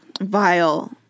Vile